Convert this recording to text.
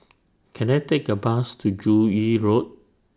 Can I Take A Bus to Joo Yee Road